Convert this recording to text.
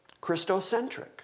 Christocentric